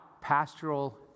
pastoral